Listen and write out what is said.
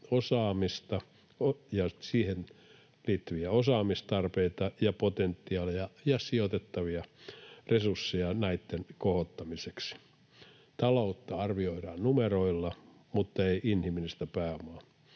osaamista ja osaamistarpeita ja -potentiaalia ja sijoitettavia resursseja näitten kohottamiseksi. Taloutta arvioidaan numeroilla, mutta ei inhimillistä pääomaa.